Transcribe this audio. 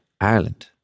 Ireland